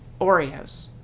Oreos